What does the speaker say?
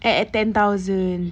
at ten thousand